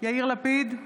יאיר לפיד,